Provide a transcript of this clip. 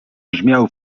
brzmiał